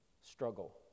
struggle